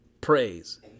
Praise